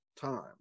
time